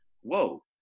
whoa